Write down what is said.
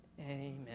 Amen